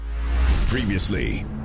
Previously